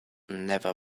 never